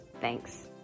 Thanks